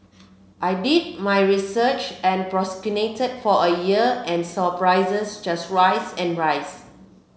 I did my research and procrastinated for a year and saw prices just rise and rise